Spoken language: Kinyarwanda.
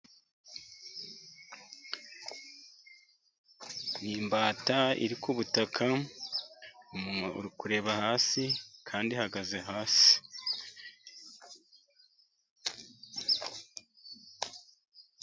Ni imbata iri ku butaka, umunwa uri kureba hasi kandi ihagaze hasi.